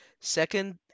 second